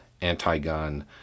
anti-gun